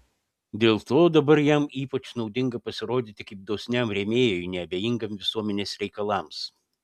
dėl to dabar jam ypač naudinga pasirodyti kaip dosniam rėmėjui neabejingam visuomenės reikalams